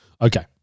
Okay